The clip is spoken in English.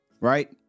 right